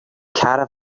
caravan